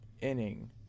inning